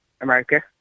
America